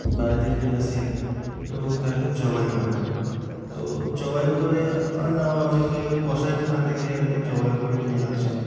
বাড়িতে নিয়ে আসেন এবং তাকে জবাই করেন তো জবাই করে করেন আবার অনেকে কষাইখানা থেকে আর কি জবাই করে নিয়ে আসেন